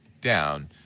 down